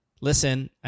listen